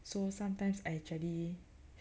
so sometimes I actually